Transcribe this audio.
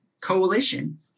coalition